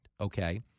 okay